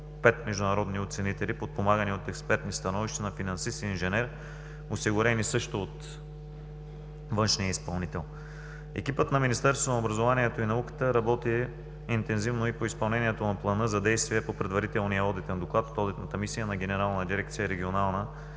пет международни оценители, подпомагани от експертни становища на финансист и инженер, осигурени също от външния изпълнител. Екипът на Министерството на образованието и науката работи интензивно и по изпълнението на Плана за действие по предварителния одитен доклад в Одитната мисия на Генерална дирекция „Регионална